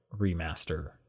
remaster